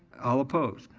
all opposed.